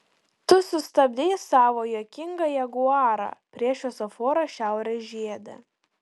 tu sustabdei savo juokingą jaguarą prie šviesoforo šiaurės žiede